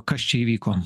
kas čia įvyko